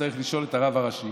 הראשי